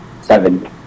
seven